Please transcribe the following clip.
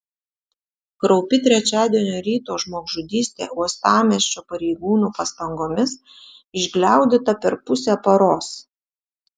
kraupi trečiadienio ryto žmogžudystė uostamiesčio pareigūnų pastangomis išgliaudyta per pusę paros